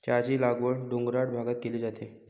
चहाची लागवड डोंगराळ भागात केली जाते